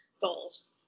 goals